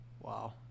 Wow